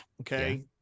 okay